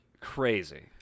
crazy